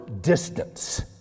distance